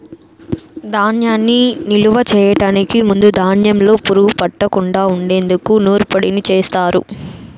ధాన్యాన్ని నిలువ చేయటానికి ముందు ధాన్యంలో పురుగు పట్టకుండా ఉండేందుకు నూర్పిడిని చేస్తారు